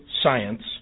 science